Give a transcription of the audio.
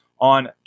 on